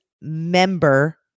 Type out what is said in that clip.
member